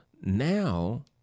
Now